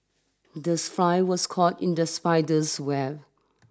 this fly was caught in the spider's web